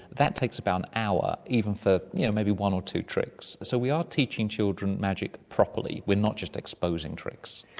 that takes about an hour, even for yeah maybe one or two tricks. so we are teaching children magic properly, we're not just exposing tricks.